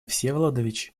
всеволодович